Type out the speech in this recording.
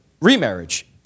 remarriage